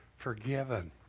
forgiven